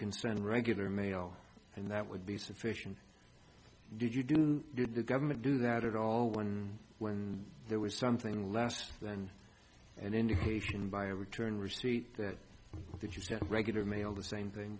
can stand regular mail and that would be sufficient did you didn't get the government do that at all when when there was something last then an indication by a return receipt that you sent regular mail the same thing